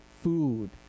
food